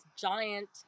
giant